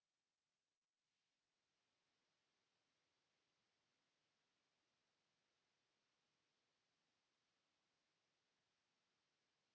Kiitos.